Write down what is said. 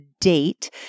date